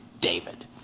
David